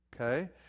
okay